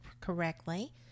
correctly